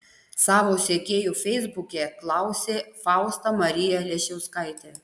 savo sekėjų feisbuke klausė fausta marija leščiauskaitė